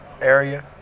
area